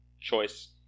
choice